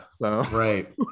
right